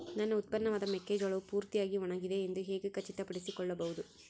ನನ್ನ ಉತ್ಪನ್ನವಾದ ಮೆಕ್ಕೆಜೋಳವು ಪೂರ್ತಿಯಾಗಿ ಒಣಗಿದೆ ಎಂದು ಹೇಗೆ ಖಚಿತಪಡಿಸಿಕೊಳ್ಳಬಹುದು?